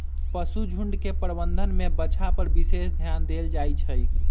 पशुझुण्ड के प्रबंधन में बछा पर विशेष ध्यान देल जाइ छइ